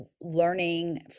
learning